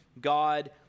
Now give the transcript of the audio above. God